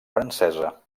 francesa